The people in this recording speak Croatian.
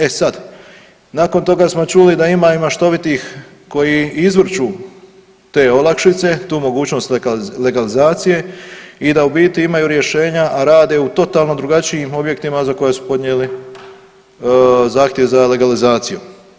E sada, nakon toga smo čuli da ima i maštovitih koji izvrću te olakšice, tu mogućnost legalizacije i da u biti imaju rješenja a rade u totalno drugačijim objektima za koja su podnijeli zahtjev za legalizacijom.